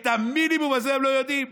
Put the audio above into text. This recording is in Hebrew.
את המינימום הזה הם לא יודעים?